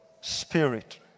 Spirit